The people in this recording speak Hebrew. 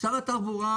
לשר התחבורה,